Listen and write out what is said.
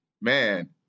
man